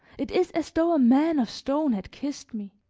it is as though a man of stone had kissed me.